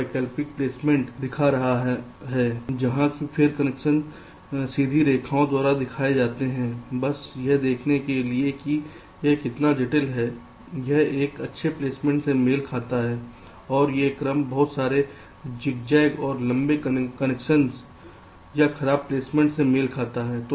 2 वैकल्पिक प्लेसमेंट मैं दिखा रहा हूं जहां पिन कनेक्शन सीधी रेखाओं द्वारा दिखाए जाते हैं बस यह देखने के लिए कि यह कितना जटिल है यह एक अच्छे प्लेसमेंट से मेल खाता है और ये क्रम बहुत सारे ज़िगज़ैग और लंबे कनेक्शन यह खराब प्लेसमेंट से मेल खाता है